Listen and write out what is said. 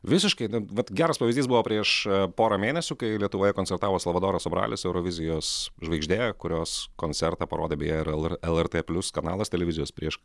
visiškai vat geras pavyzdys buvo prieš porą mėnesių kai lietuvoje koncertavo salvadoras sobralis eurovizijos žvaigždė kurios koncertą parodė beje ir lr lrt plius kanalas televizijos prieš